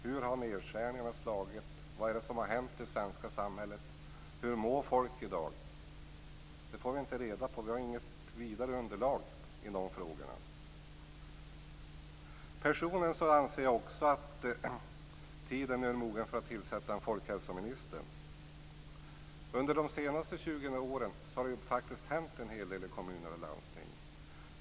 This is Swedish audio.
Hur har nedskärningar slagit? Vad är det som har hänt i det svenska samhället? Hur mår folk i dag? Det får vi inte reda på. Vi har inget vidare underlag i frågorna. Personligen anser jag att tiden är mogen för att tillsätta en folkhälsominister. Under de senaste 20 åren har det faktiskt hänt en hel del i kommuner och landsting.